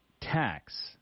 tax